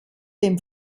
dem